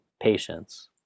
patience